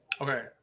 Okay